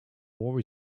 war